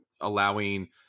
allowing